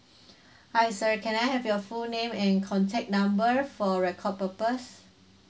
hi sir can I have your full name and contact number for our record purpose